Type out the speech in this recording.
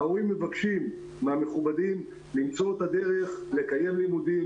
ההורים מבקשים מהמכובדים למצוא את הדרך לקיים לימודים